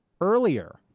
earlier